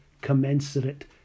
commensurate